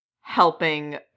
helping